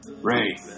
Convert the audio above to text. ray